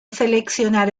seleccionar